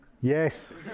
Yes